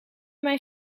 mijn